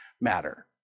matter